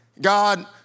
God